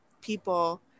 people